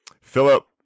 philip